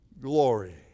glory